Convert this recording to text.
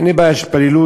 אין לי בעיה שיתפללו,